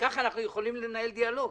ככה אנחנו יכולים לנהל דיאלוג.